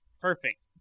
Perfect